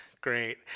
great